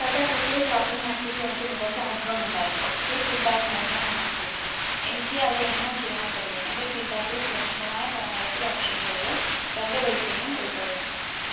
ടാറ്റ ക്ലിക്കിൽ ഷോപ്പിങ് നടത്തിയതിൽ എനിക്ക് മികച്ച അനുഭവമുണ്ടായി പോസിറ്റീവ് ഫീഡ്ബാക്ക് നൽകാൻ ഞാൻ ആഗ്രഹിക്കുന്നു എനിക്ക് അത് എങ്ങനെ ചെയ്യാൻ കഴിയും എന്റെ ഫീഡ്ബാക്കിൽ സുരക്ഷിതമായ പണമടയ്ക്കൽ ഓപ്ഷനുകളും രണ്ട് റേറ്റിങ്ങും ഉൾപ്പെടുന്നു